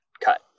cut